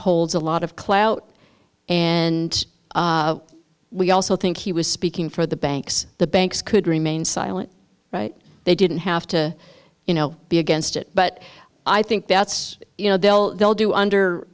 holds a lot of clout and we also think he was speaking for the banks the banks could remain silent right they didn't have to you know be against it but i think that's you know they'll they'll do under